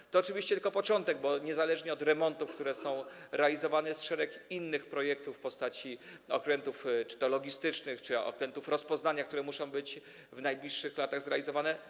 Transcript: To jest oczywiście tylko początek, bo niezależnie od remontów, które są realizowane, jest szereg innych projektów dotyczących okrętów logistycznych czy okrętów rozpoznania, które muszą być w najbliższych latach zrealizowane.